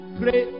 pray